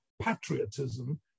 patriotism